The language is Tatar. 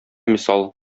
мисал